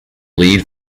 lead